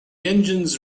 engines